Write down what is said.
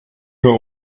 nur